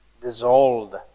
dissolved